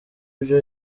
nabyo